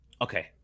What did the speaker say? Okay